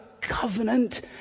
covenant